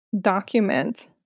document